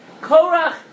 Korach